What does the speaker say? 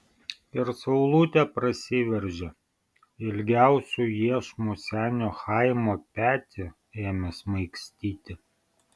ir saulutė prasiveržė ilgiausiu iešmu senio chaimo petį ėmė smaigstyti